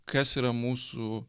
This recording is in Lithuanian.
kas yra mūsų